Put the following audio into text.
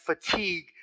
fatigue